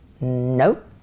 nope